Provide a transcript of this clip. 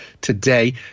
today